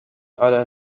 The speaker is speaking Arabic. على